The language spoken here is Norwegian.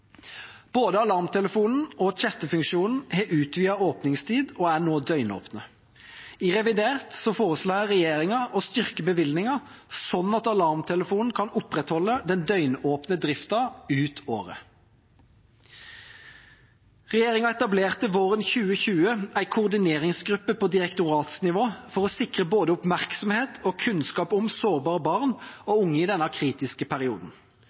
Både Alarmtelefonen og chattefunksjonen har utvidet åpningstid og er nå døgnåpne. I revidert forslår regjeringa å styrke bevilgningen, slik at Alarmtelefon kan opprettholde den døgnåpne driften ut året. Regjeringa etablerte våren 2020 en koordineringsgruppe på direktoratnivå for å sikre både oppmerksomhet og kunnskap om sårbare barn og unge i denne kritiske perioden.